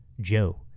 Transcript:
Joe